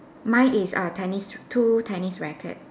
mine is uh tennis two tennis racket